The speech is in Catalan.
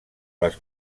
les